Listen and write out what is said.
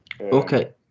Okay